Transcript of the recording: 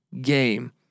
game